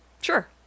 Sure